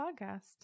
Podcast